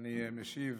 שאני משיב